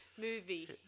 movie